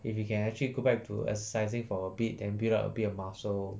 if he can actually go back to exercising for a bit and build up a bit of muscle